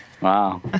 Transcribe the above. Wow